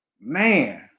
man